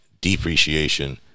depreciation